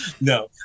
No